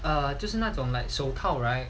err 就是那种 like 手套 right